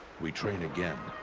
we train again.